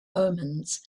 omens